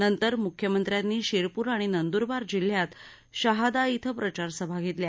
नंतर मुख्यमंत्र्यांनी शिरपूर आणि नंदुरबार जिल्ह्यात शहादा इथं प्रचारसभा घेतल्या